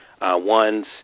ones